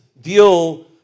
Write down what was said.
deal